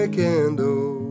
candle